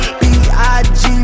big